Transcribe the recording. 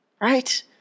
right